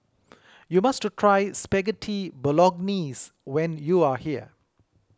you must try Spaghetti Bolognese when you are here